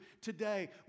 today